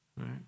right